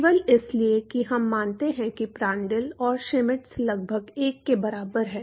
केवल इसलिए कि हम मानते हैं कि प्रांड्ल और श्मिट लगभग 1 के बराबर हैं